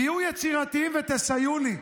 תהיו יצירתיים ותסייעו לי.